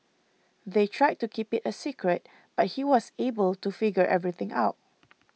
they tried to keep it a secret but he was able to figure everything out